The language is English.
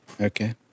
Okay